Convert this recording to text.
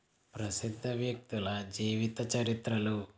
ప్రసిద్ధ వ్యక్తుల జీవిత చరిత్రలు